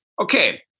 Okay